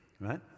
Right